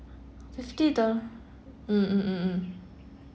fifty dollars mm mm mm mm